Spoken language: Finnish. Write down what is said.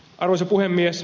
arvoisa puhemies